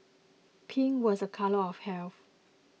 pink was a colour of health